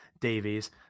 davies